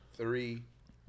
three